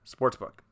sportsbook